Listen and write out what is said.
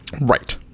right